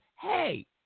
hey